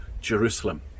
Jerusalem